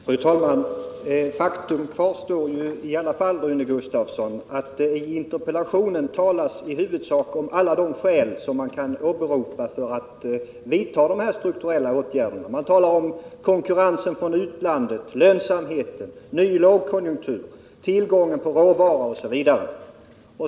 Fru talman! Faktum kvarstår i alla fall, Rune Gustavsson, att det i interpellationen i huvudsak talas om alla de skäl som man kan åberopa för att vidta de här strukturella åtgärderna. Man talar där om den växande konkurrensen från utlandet, den bristande lönsamheten, den nya lågkonjunkturen, den begränsade tillgången på råvaror osv.